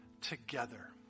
together